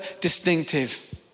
distinctive